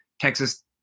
Texas